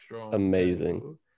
amazing